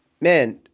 man